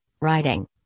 writing